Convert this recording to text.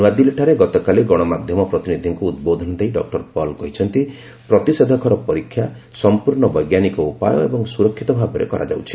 ନ୍ତାଦିଲ୍ଲୀଠାରେ ଗତକାଲି ଗଣମାଧ୍ୟମ ପ୍ରତିନିଧିଙ୍କୁ ଉଦ୍ବୋଧନ ଦେଇ ଡକ୍ର ପଲ୍ କହିଛନ୍ତି ପ୍ରତିଷେଧକର ପରୀକ୍ଷା ସମ୍ପର୍ଣ୍ଣ ବୈଜ୍ଞାନିକ ଉପାୟ ଏବଂ ସୁରକ୍ଷିତ ଭାବରେ କରାଯାଉଛି